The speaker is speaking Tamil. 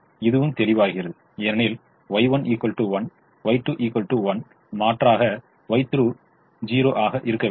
இதுவும் தெளிவாகிறது ஏனெனில் Y1 1 Y2 1 மாற்றாக Y3 0 ஆக இருக்க வேண்டும்